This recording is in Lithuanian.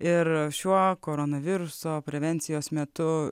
ir šiuo koronaviruso prevencijos metu